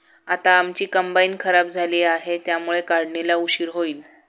आता आमची कंबाइन खराब झाली आहे, त्यामुळे काढणीला उशीर होईल